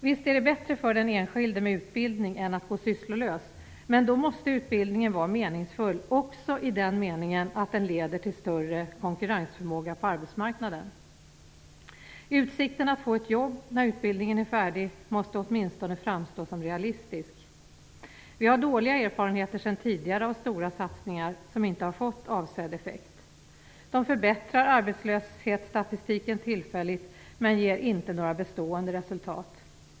Visst är det bättre för den enskilde med utbildning än att gå sysslolös, men då måste utbildningen vara meningsfull också i den meningen att den leder till större konkurrensförmåga på arbetsmarknaden. Utsikten att få ett jobb när utbildningen är färdig måste åtminstone framstå som realistisk. Vi har dåliga erfarenheter sedan tidigare av stora satsningar som inte har fått avsedd effekt. De förbättrar arbetslöshetsstatistiken tillfälligt men ger inte några bestående resultat.